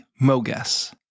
Mogus